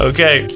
Okay